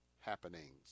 happenings